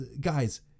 guys